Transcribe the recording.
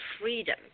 freedom